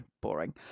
boring